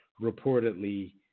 reportedly